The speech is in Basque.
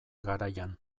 garaian